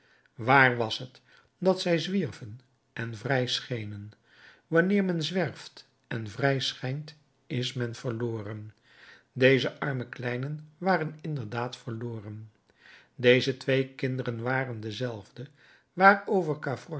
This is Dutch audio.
wààr was het dat zij zwierven en vrij schenen wanneer men zwerft en vrij schijnt is men verloren deze arme kleinen waren inderdaad verloren deze twee kinderen waren dezelfde